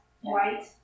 white